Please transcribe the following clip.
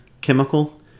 chemical